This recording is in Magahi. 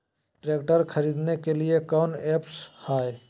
ट्रैक्टर खरीदने के लिए कौन ऐप्स हाय?